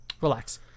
Relax